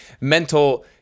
mental